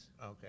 Okay